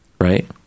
right